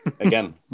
again